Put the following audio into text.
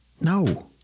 No